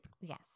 Yes